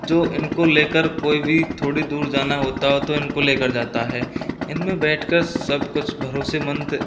जो इनको लेकर कोई भी थोड़ी दूर जाना होता है तो इनको लेकर जाता है इनमें बैठ कर सब कुछ भरोसेमंद